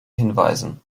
hinweisen